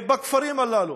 בכפרים הללו,